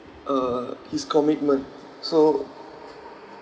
uh his commitment so